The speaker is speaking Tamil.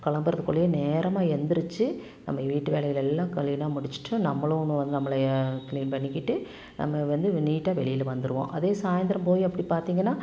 கிளம்புறதுக்குள்ளே நேரமாக எந்துரிச்சு நம்ப வீட்டு வேலைகளெல்லாம் கழுவில்லாம் முடிச்சிவிட்டு நம்பளும் நம்பளய க்ளீன் பண்ணிக்கிட்டு நம்ம வந்து நீட்டாக வெளியில வந்துவிடுவோம் அதே சாயந்தரம் போய் அப்படி பார்த்திங்கன்னா